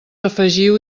afegiu